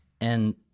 And-